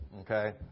okay